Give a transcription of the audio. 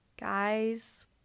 guys